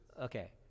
Okay